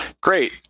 Great